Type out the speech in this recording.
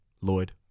Lloyd